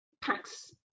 packs